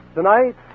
Tonight